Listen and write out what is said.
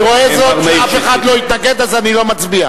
אני רואה שאף אחד לא התנגד, אז אני לא מצביע.